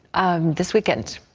um this weekend.